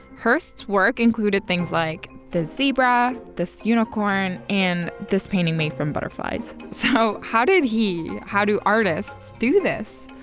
hirst's work included things like this zebra, this unicorn, and this painting made from butterflies. so how did he how do artists do this?